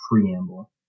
preamble